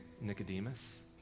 Nicodemus